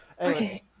okay